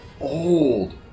old